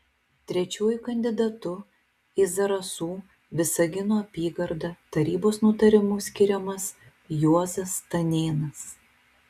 trečiuoju kandidatu į zarasų visagino apygardą tarybos nutarimu skiriamas juozas stanėnas